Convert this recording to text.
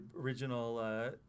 original